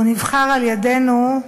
והוא נבחר על-ידינו,